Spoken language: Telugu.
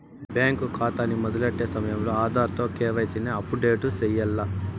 బ్యేంకు కాతాని మొదలెట్టే సమయంలో ఆధార్ తో కేవైసీని అప్పుడేటు సెయ్యాల్ల